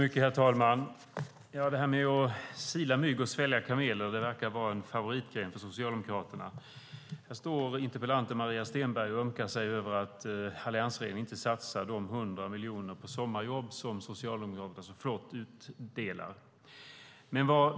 Herr talman! Det verkar vara en favoritgren för Socialdemokraterna att sila mygg och svälja kameler. Här står interpellanten Maria Stenberg och ömkar sig över att alliansregeringen inte satsar de 100 miljoner på sommarjobb som Socialdemokraterna så flott utdelar.